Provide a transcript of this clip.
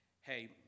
hey